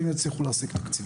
ואם יצליחו להשיג תקציב.